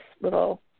little